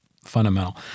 fundamental